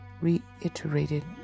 reiterated